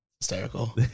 Hysterical